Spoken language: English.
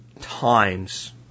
times